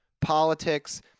politics